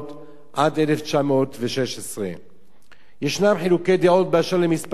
עד 1916. ישנם חילוקי דעות באשר למספר הקורבנות,